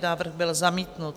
Návrh byl zamítnut.